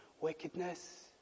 wickedness